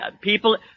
people